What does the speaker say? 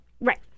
Right